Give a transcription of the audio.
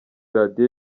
radio